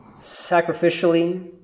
sacrificially